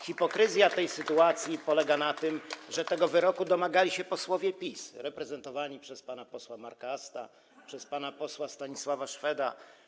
Hipokryzja w tej sytuacji polega na tym, że tego wyroku domagali się posłowie PiS reprezentowani przez pana posła Marka Asta i pana posła Stanisława Szweda.